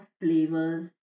flavors